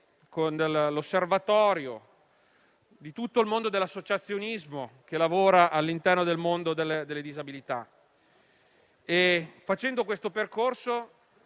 con l'osservatorio, di tutto l'associazionismo che lavora all'interno del mondo delle disabilità. Facendo questo percorso,